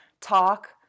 talk